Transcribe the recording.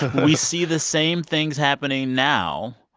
we see the same things happening now.